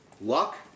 Luck